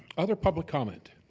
other public comment,